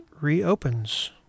reopens